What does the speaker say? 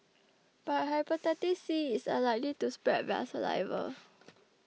but Hepatitis C is unlikely to spread via saliva